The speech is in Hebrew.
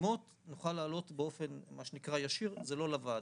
השמות נוכל לעלות באופן ישיר, זה לא לוועדה.